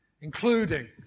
including